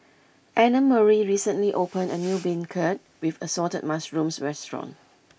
Annamarie recently opened a new Beancurd with Assorted Mushrooms restaurant